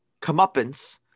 comeuppance